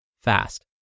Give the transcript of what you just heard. fast